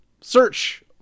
search